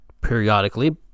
periodically